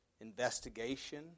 investigation